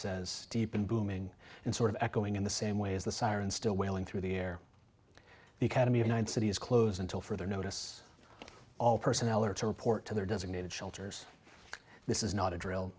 says deep in booming and sort of echoing in the same way as the sirens still wailing through the air because to be one city is closed until further notice all personnel are to report to their designated shelters this is not a drill